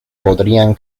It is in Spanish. podrían